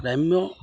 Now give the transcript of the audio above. গ্ৰাম্য